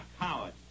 coward